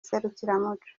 serukiramuco